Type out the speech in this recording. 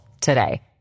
today